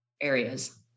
areas